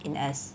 in us